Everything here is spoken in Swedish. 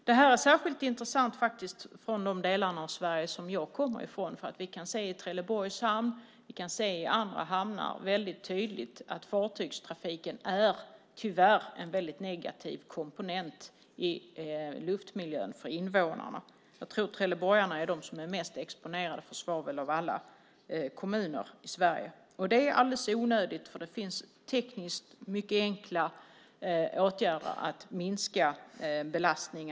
Det här är särskilt intressant i de delar Sverige som jag kommer ifrån. I Trelleborgs hamn och andra hamnar ser vi väldigt tydligt att fartygstrafiken tyvärr är en väldigt negativ komponent i luftmiljön för invånarna. Jag tror att trelleborgarna är mest exponerade för svavel av alla kommuninvånare i Sverige. Det är onödigt eftersom det finns tekniskt mycket enkla åtgärder för att minska belastningen.